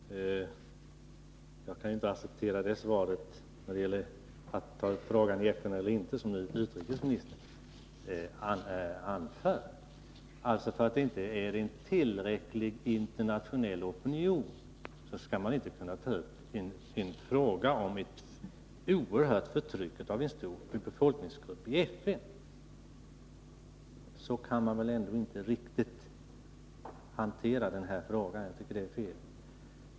Herr talman! Jag kan inte acceptera det svar som utrikesministern ger när det gäller huruvida vi skall ta upp frågan i FN eller inte. Av den anledningen att det inte finns en tillräcklig internationell opinion skall man inte i FN kunna ta upp en fråga om ett oerhört förtryck av en stor befolkningsgrupp. Så kan man inte hantera den här frågan.